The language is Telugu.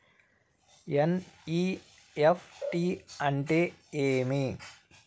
ఎన్.ఇ.ఎఫ్.టి అంటే ఏమి